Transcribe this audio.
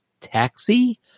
Taxi